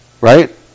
Right